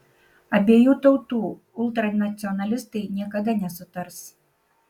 abiejų tautų ultranacionalistai niekada nesutars